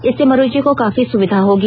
इससे मरीजों को काफी सुविधा होगी